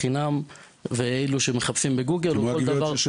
שירות שמגיע בחינם.